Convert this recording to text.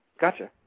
Gotcha